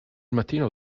mattino